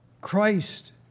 Christ